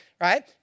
right